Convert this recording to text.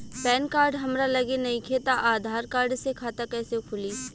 Pan card हमरा लगे नईखे त आधार कार्ड से खाता कैसे खुली?